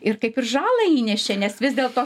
ir kaip ir žalą įnešė nes vis dėlto